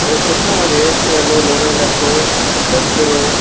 అదే చెప్పాము కదా ఏషియను నెరోలాకు బెర్జరు